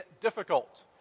difficult